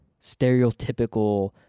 stereotypical